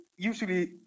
Usually